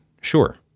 sure